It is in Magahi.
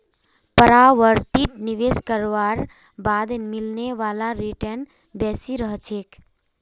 प्रॉपर्टीत निवेश करवार बाद मिलने वाला रीटर्न बेसी रह छेक